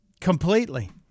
completely